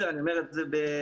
אני אומר את זה בחיוך,